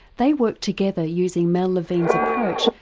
they worked together, using mel levine's approach,